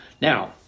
Now